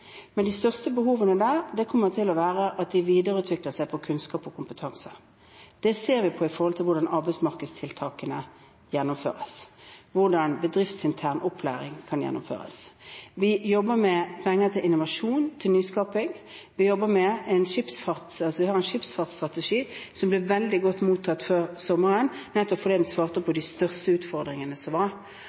Men de største behovene der kommer til å dreie seg om at de videreutvikler seg på kunnskap og kompetanse. Det ser vi på opp mot hvordan arbeidsmarkedstiltakene gjennomføres, og hvordan bedriftsintern opplæring kan gjennomføres. Vi jobber med penger til innovasjon – til nyskaping. Vi har en skipsfartsstrategi, som ble veldig godt mottatt før sommeren, nettopp fordi den svarte på de største utfordringene.